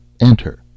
Enter